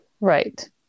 Right